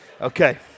okay